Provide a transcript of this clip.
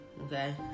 okay